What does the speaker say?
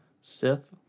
sith